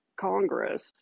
Congress